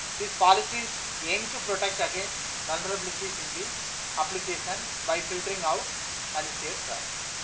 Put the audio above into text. these policies aimed to protect against vulnerabilities in the application. by filtering out malicious traffic,